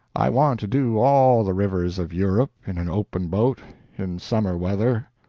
i want to do all the rivers of europe in an open boat in summer weather.